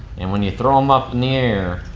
and when you throw em up in the air,